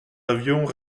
avions